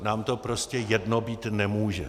Nám to prostě jedno být nemůže.